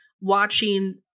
watching